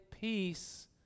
peace